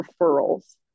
referrals